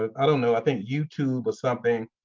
i don't know, i think youtube or something,